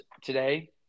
today